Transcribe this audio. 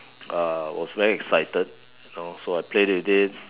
uh was very excited you know so I played with it